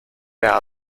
der